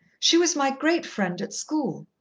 she was my great friend at school.